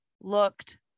looked